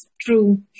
true